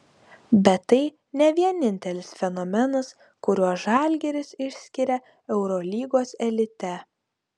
bet tai ne vienintelis fenomenas kuriuo žalgiris išskiria eurolygos elite